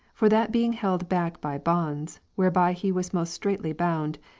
for that being held back by bonds, whereby he was most straitly bound,